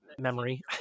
memory